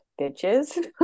bitches